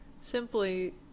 simply